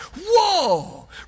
Whoa